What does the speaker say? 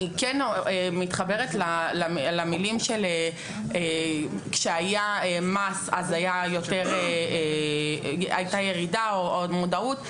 אני מתחברת לכך שכשהיה מס הייתה ירידה או עוד מודעות,